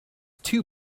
two